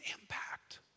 impact